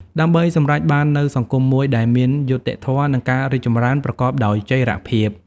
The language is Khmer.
ដើម្បីសម្រេចបាននូវសង្គមមួយដែលមានយុត្តិធម៌ និងការរីកចម្រើនប្រកបដោយចីរភាព។